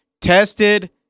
tested